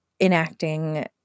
enacting